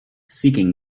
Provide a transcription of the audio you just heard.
seeking